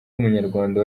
w’umunyarwanda